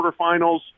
quarterfinals